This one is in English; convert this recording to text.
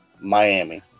Miami